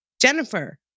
Jennifer